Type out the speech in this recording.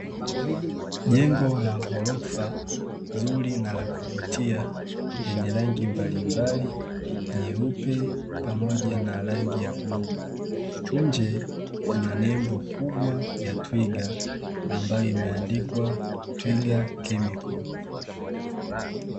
Jengo la ghorofa zuri na la kuvutia lenye rangi mbalimbali, nyeupe pamoja na rangi ya bluu, nje kuna nembo kubwa ya twiga ambayo imeandikwa "Twiga Chemical".